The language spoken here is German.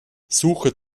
suche